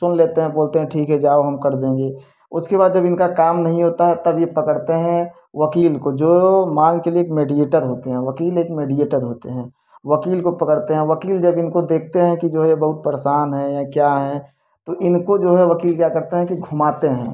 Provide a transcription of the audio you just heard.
सुन लेते हैं बोलते हैं ठीक है जाओ हम कर देंगे उसके बाद जब इनका काम नहीं होता है तब यह पकड़ते हैं वकील को जो मान के चलिए एक मेडिएटर होते हैं वकील एक मेडिएटर होते हैं वकील को पकड़ते हैं वकील जज इनको देखते हैं कि जो यह बहुत परेशान है यह क्या है तो इनको जो है वकील क्या करता है कि घूमाते हैं